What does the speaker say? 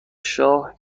شاه